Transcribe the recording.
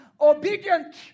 obedient